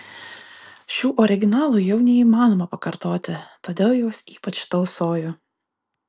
šių originalų jau neįmanoma pakartoti todėl juos ypač tausoju